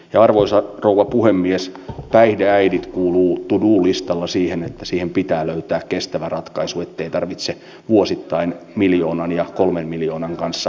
arvoisa rouva puhemies päihdeäidit muutto mullistaa siihen että siihen pitää löytää erityisesti paljon kyyneliä on vuodatettu yliopistojen ja kolmen miljoonan kanssa